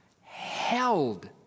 held